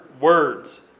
words